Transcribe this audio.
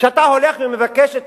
כשאתה הולך ומבקש את